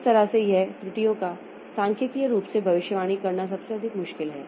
इस तरह से यह त्रुटियों का सांख्यिकीय रूप से भविष्यवाणी करना सबसे अधिक मुश्किल है